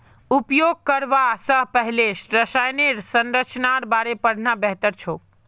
उपयोग करवा स पहले रसायनेर संरचनार बारे पढ़ना बेहतर छोक